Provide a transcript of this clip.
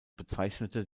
bezeichnete